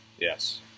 yes